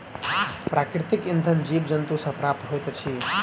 प्राकृतिक इंधन जीव जन्तु सॅ प्राप्त होइत अछि